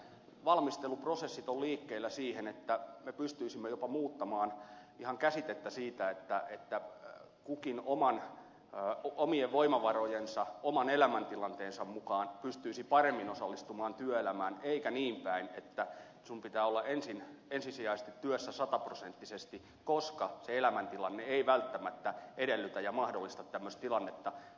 valmisteluprosessit ovat liikkeellä siihen että me pystyisimme jopa muuttamaan ihan käsitettä siitä että kukin omien voimavarojensa oman elämäntilanteensa mukaan pystyisi paremmin osallistumaan työelämään eikä niin päin että sinun pitää olla ensisijaisesti työssä sataprosenttisesti koska se elämäntilanne ei välttämättä edellytä ja mahdollista tämmöistä tilannetta